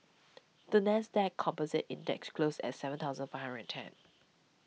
the NASDAQ Composite Index closed at seven thousand Five Hundred and ten